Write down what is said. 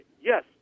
Yes